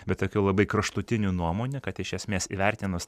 bet tokių labai kraštutinių nuomonių kad iš esmės įvertinus